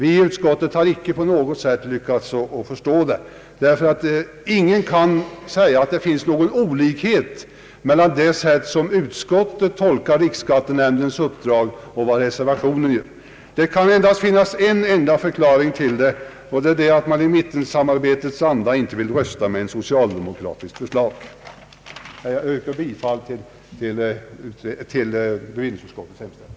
Inom utskottet har vi inte på något sätt lyckats förstå det, ty ingen kan påstå att det finns någon olikhet mellan det sätt på vilket utskottet tolkar riksskattenämndens uppdrag och innehållet i reservationen, Det kan bara finnas en enda förklaring till reservationen, nämligen att man i mittensamarbetets anda inte vill rösta med ett socialdemokratiskt förslag. Herr talman! Jag yrkar bifall till bevillningsutskottets hemställan.